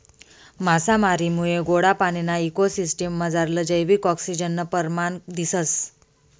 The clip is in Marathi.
मासामारीमुये गोडा पाणीना इको सिसटिम मझारलं जैविक आक्सिजननं परमाण दिसंस